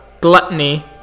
gluttony